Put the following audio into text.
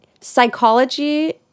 psychology